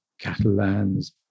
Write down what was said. Catalans